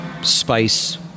spice